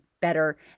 better